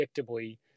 predictably